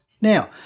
Now